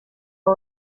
are